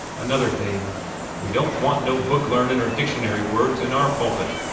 another thing we don't want no book-learnin' or dictionary words in our pulpit,